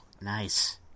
nice